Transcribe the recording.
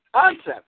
concept